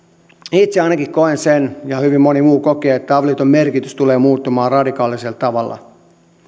itse ainakin koen ja hyvin moni muu kokee että avioliiton merkitys tulee muuttumaan radikaalisella tavalla